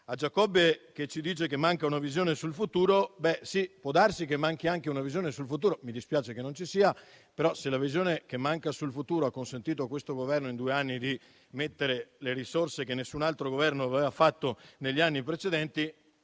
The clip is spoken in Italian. Giacobbe ha affermato che manca una visione sul futuro. Può darsi che manchi anche una visione sul futuro. Mi dispiace che non ci sia, però se la visione che manca sul futuro ha consentito a questo Governo in due anni di stanziare le risorse che nessun altro Governo aveva previsto negli anni precedenti,